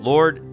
Lord